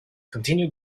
continue